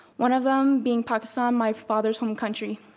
one of them being pakistan, my father's home country.